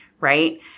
right